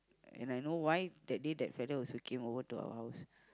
and I know why that day that fellow also came over to our house